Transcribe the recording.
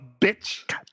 bitch